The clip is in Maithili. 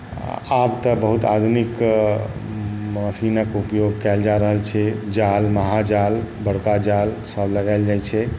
आब तऽ बहुत आदमीके मशीनके उपयोग कएल जा रहल छै जाल महाजाल बड़का जालसब लगाएल जाइ छै